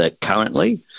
currently